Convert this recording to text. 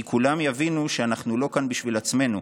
כי כולם יבינו שאנחנו לא כאן בשביל עצמנו,